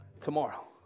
Tomorrow